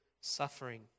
suffering